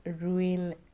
ruin